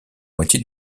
moitié